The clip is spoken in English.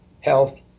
health